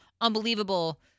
unbelievable